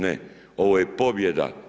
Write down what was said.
Ne, ovo je pobjeda.